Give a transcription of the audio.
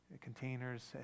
containers